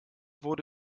wurde